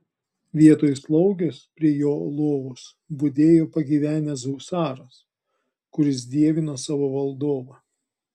vietoj slaugės prie jo lovos budėjo pagyvenęs husaras kuris dievino savo valdovą